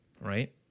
Right